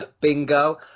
Bingo